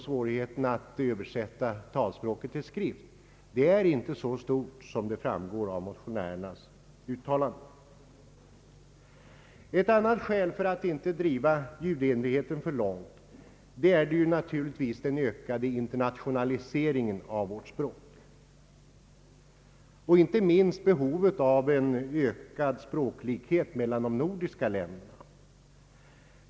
Svårigheterna att översätta talspråket till skrift är inte så stora som motionärerna vill göra gällande. Ett annat skäl att inte driva ljudenligheten för långt är naturligtvis den ökande internationaliseringen av vårt språk och inte minst behovet av en ökad språklikhet mellan de nordiska länderna.